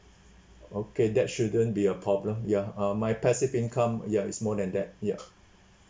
okay that shouldn't be a problem ya uh my passive income ya it's more than that ya